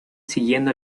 siguiendo